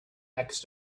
next